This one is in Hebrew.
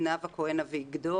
נאוה כהן אביגדור,